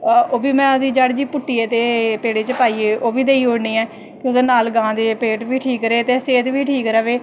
ते ओह् बी में ओह्दी जड़ जेही पुट्टियै ते पेड़े च पाईयै देई ओड़नी आं ओह्दे नाल गां दा पेट बी ठीक रवै ते सेह्त बी ठीक रवै